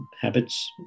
habits